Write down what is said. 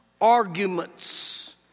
arguments